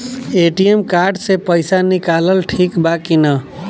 ATM card से पईसा निकालल ठीक बा की ना?